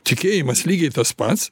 tikėjimas lygiai tas pats